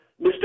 Mr